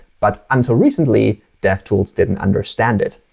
but until recently, devtools didn't understand it.